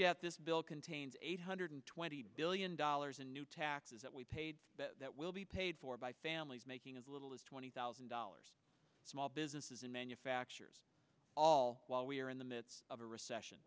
yet this bill contains eight hundred twenty billion dollars in new taxes that we paid that will be paid for by families making as little as twenty thousand dollars small businesses in manufacturing all while we're in the midst of a recession